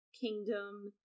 kingdom